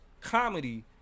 comedy